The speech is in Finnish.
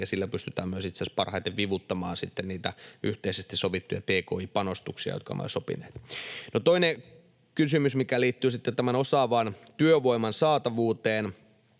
ja sillä pystytään itse asiassa myös parhaiten vivuttamaan niitä yhteisesti sovittuja tki-panostuksia, jotka me olemme sopineet. No, toinen kysymys, mikä liittyy sitten tämän osaavan työvoiman saatavuuteen: